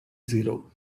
zero